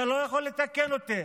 אתה לא יכול לתקן אותי.